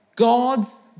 God's